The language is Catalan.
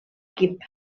equip